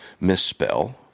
misspell